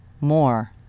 more